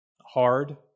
hard